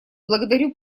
благодарю